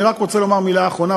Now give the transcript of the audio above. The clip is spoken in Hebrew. אני רק רוצה לומר את המילה האחרונה,